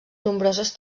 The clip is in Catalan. nombroses